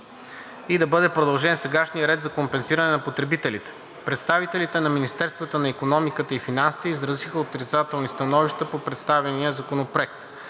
и да бъде продължен сегашният ред на компенсиране на потребителите. Представителите на министерствата на икономиката и финансите изразиха отрицателни становища по представения законопроект.